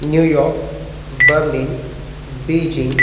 New York Berlin Beijing